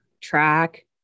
track